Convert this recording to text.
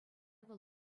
вӑл